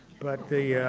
but the